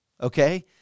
okay